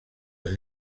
els